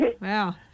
Wow